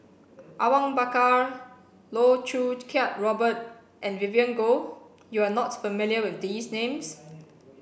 Awang Bakar Loh Choo Kiat Robert and Vivien Goh you are not familiar with these names